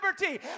liberty